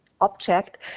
object